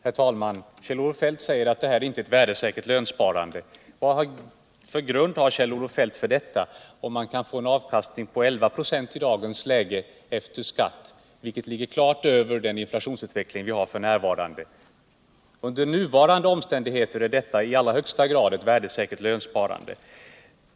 Herr talman! Kjell-Olof Feldt säger att det inte är ett värdesäkert lönsparande. Vilken grund har Kjell-Olof Feldt för detta påstående? Man kan ju få en avkastning på 11 95 i dagens läge efter skatt, vilket ligger klart över den inflationsutveckling vi f. n. har. Under nuvarande omständigheter är det i allra högsta grad eu värdesäken lönsparande.